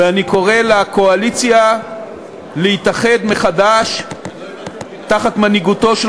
ואני קורא לקואליציה להתאחד מחדש תחת מנהיגותו של